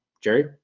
Jerry